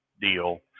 deal